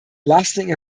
lasting